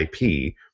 IP